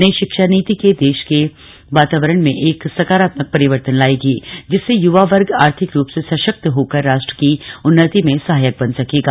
नई शिक्षा नीति देश के वातावरण में एक सकारात्मक परिवर्तन लाएगी जिससे युवा वर्ग आर्थिक रूप से सशक्त होकर राष्ट्र की उन्नति में सहायक बन सकेगा